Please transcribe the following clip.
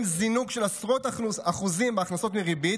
זינוק של עשרות אחוזים בהכנסות מריבית.